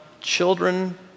children